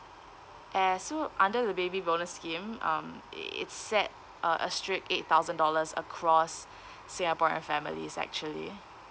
and so under the baby bonus scheme um it's set uh a straight eight thousand dollars across singaporean families actually